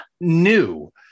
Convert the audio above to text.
new